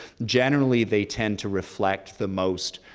generally, they tend to reflect the most